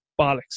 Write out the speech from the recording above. bollocks